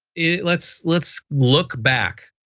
it let's let's look back.